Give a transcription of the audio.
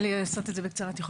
אום אתנן ואומרה תם.